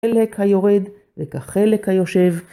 כחלק היורד וכחלק היושב.